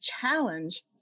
challenge